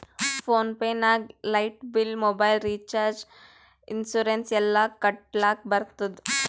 phone pay ನಾಗ್ light bill, mobile recharge, insurance ಎಲ್ಲಾ ಕಟ್ಟಲಕ್ ಬರ್ತುದ್